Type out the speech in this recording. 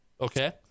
Okay